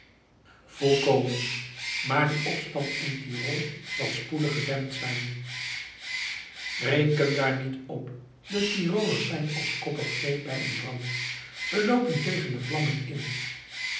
volkomen maar die opstand in tyrol zal spoedig gedempt zijn reken daar niet op de tyrolers zijn als koppig vee bij een brand zij loopen tegen de vlammen in